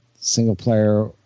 single-player